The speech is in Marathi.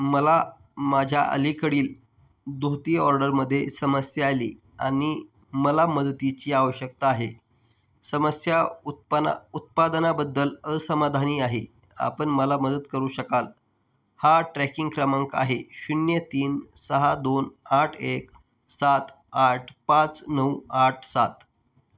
मला माझ्या अलीकडील धोती ऑर्डरमध्ये समस्या आली आणि मला मदतीची आवश्यकता आहे समस्या उत्पाना उत्पादनाबद्दल असमाधानी आहे आपण मला मदत करू शकाल हा ट्रॅकिंग क्रमांक आहे शून्य तीन सहा दोन आठ एक सात आठ पाच नऊ आठ सात